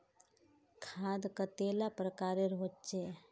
खाद कतेला प्रकारेर होचे?